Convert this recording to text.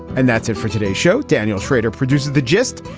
and that's it for today's show. daniel schrader produced the gist.